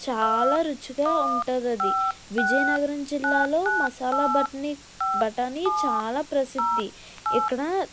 చాలా రుచిగా ఉంటదది విజయనగరం జిల్లాలో మసాలా బట్టని బటని చాలా ప్రసిద్ధి ఇక్కడ